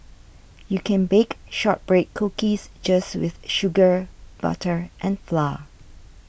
you can bake Shortbread Cookies just with sugar butter and flour